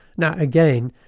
now again,